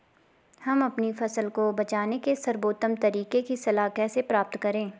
हम अपनी फसल को बचाने के सर्वोत्तम तरीके की सलाह कैसे प्राप्त करें?